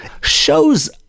shows